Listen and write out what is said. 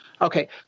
Okay